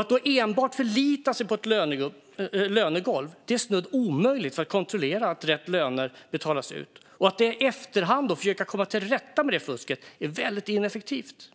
Att enbart förlita sig på ett lönegolv gör det snudd på omöjligt att kontrollera att rätt löner betalas ut, och att i efterhand försöka komma till rätta med fusket är ineffektivt.